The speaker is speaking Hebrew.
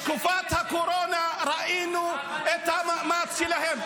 למה אתם מסיתים על אנשים שבתקופת הקורונה ראינו את המאמץ שלהם?